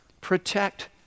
Protect